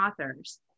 authors